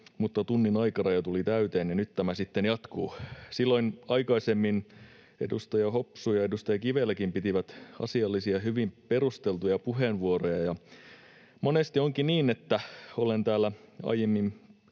mutta tunnin aikaraja tuli täyteen, ja nyt tämä sitten jatkuu. Silloin aikaisemmin edustaja Hopsu ja edustaja Kiveläkin pitivät asiallisia ja hyvin perusteltuja puheenvuoroja. Monesti onkin niin, että olen täällä aiemmin